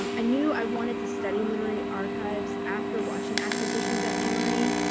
um ah knew i wanted to study literary archives after watching acquisitions at emory.